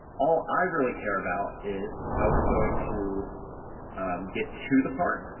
all i really care about is how it's going to get to the part,